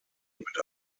mit